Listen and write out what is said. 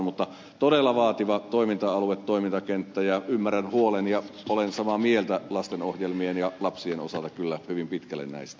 mutta todella vaativa toiminta alue toimintakenttä ja ymmärrän huolen ja olen samaa mieltä lastenohjelmien ja lapsien osalta kyllä hyvin pitkälle näistä